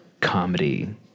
comedy